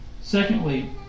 Secondly